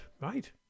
right